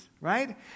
right